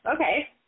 Okay